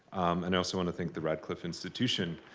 and i also want to thank the radcliffe institution.